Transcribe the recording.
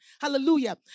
Hallelujah